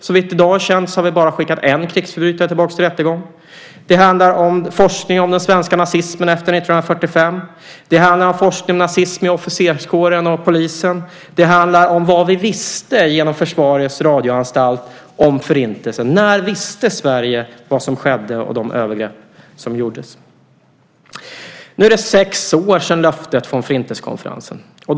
Såvitt i dag är känt har vi bara skickat en krigsförbrytare tillbaka till rättegång. Det handlar om forskning om den svenska nazismen efter 1945. Det handlar om forskning om nazism i officerskåren och polisen. Det handlar om vad vi visste om Förintelsen genom Försvarets radioanstalt. När visste Sverige om de övergrepp som skedde? Nu är det sex år sedan löftet från Förintelsekonferensen gavs.